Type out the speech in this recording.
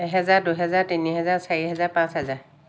এহেজাৰ দুহেজাৰ তিনি হেজাৰ চাৰি হেজাৰ পাঁচ হেজাৰ